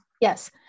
Yes